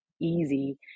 easy